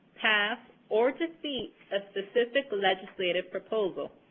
pass, or defeat a specific legislative proposal.